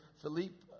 Philippe